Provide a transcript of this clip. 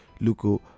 Luko